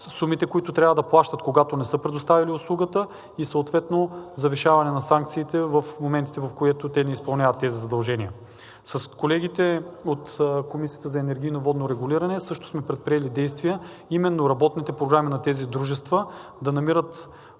сумите, които трябва да плащат, когато не са предоставили услугата, и съответно завишаване на санкциите в моментите, в които те не изпълняват тези задължения. С колегите от Комисията за енергийно и водно регулиране също сме предприели действия в работните програми на тези дружества да намират